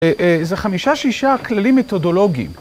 זה חמישה שישה כללים מתודולוגיים.